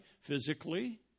physically